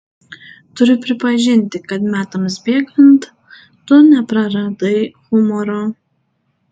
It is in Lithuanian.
turiu pripažinti kad metams bėgant tu nepraradai humoro